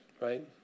right